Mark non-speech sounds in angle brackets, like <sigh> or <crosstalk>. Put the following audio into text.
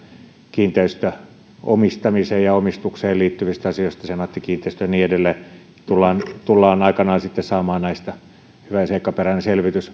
kiinteistöomistamiseen liittyvistä asioista senaatti kiinteistöistä ja niin edelleen ja aikanaan tullaan sitten saamaan näistä hyvä ja seikkaperäinen selvitys <unintelligible>